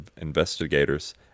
investigators